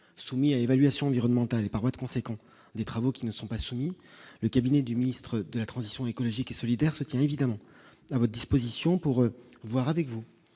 soumis à évaluation du Rhône mental et par voie de conséquence, des travaux qui ne sont pas soumis, le cabinet du ministre de la transition écologique et solidaire se tient évidemment à votre disposition pour voir, avec vous,